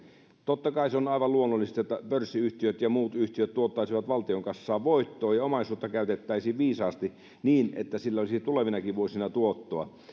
totta kai se on aivan luonnollista että pörssiyhtiöt ja muut yhtiöt tuottaisivat valtion kassaan voittoa ja että omaisuutta käytettäisiin viisaasti niin että sillä olisi tulevinakin vuosina tuottoa